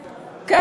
הזה.